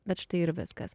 bet štai ir viskas